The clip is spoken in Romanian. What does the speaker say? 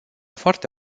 foarte